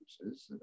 uses